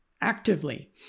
actively